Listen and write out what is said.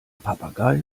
papagei